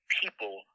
people